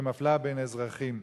שמפלה בין אזרחים.